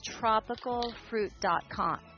tropicalfruit.com